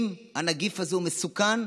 אם הנגיף הזה מסוכן,